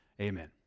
Amen